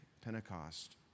Pentecost